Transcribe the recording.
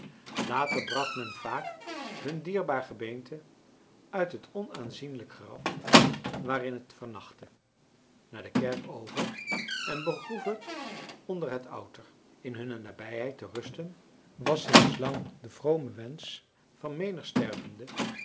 later bracht men vaak hun dierbaar gebeente uit het onaanzienlijk graf waarin het vernachtte naar de kerk over en begroef het onder het outer in hunne nabijheid te rusten was sinds lang de vrome wensch van menig stervende